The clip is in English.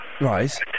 Right